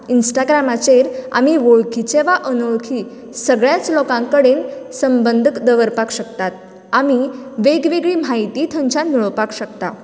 इन्स्टाग्रामाचेर आमी वळखीचे वा अनोळखी सगल्यांच लोकां कडेन संबंध दवरपाक शकतात आमी वेगवेगळी माहिती थंयच्यान मेळोपाक शकता